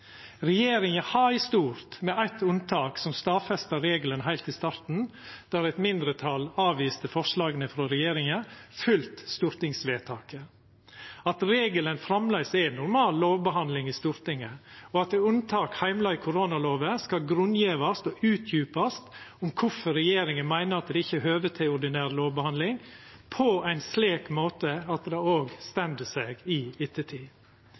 Regjeringa har i stort, med eitt unntak som stadfesta regelen heilt i starten, der eit mindretal avviste forslaga frå regjeringa, følgt stortingsvedtaket: at regelen framleis er normal lovbehandling i Stortinget, og at unntak heimla i koronalova skal grunngjevast og utdjupast – om kvifor regjeringa meiner det ikkje er høve til ordinær lovbehandling – på ein slik måte at det òg står seg i ettertid.